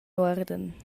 uorden